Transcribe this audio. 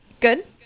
Good